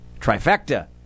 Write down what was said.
trifecta